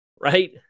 right